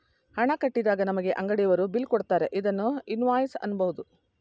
ಹಣ ಕಟ್ಟಿದಾಗ ನಮಗೆ ಅಂಗಡಿಯವರು ಬಿಲ್ ಕೊಡುತ್ತಾರೆ ಇದನ್ನು ಇನ್ವಾಯ್ಸ್ ಅನ್ನಬೋದು